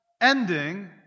ending